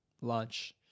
lunch